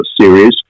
series